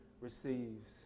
receives